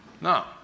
No